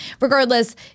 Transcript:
regardless